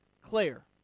Claire